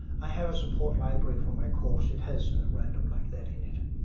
i have a support library for my course. it has random like that in it.